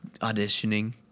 auditioning